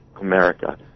America